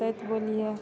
होतै तऽ बोलहिअ